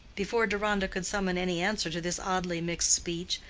before deronda could summon any answer to this oddly mixed speech,